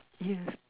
yes